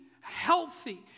healthy